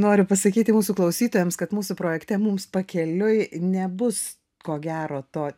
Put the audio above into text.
noriu pasakyti mūsų klausytojams kad mūsų projekte mums pakeliui nebus ko gero to